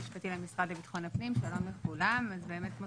אז באמת כמו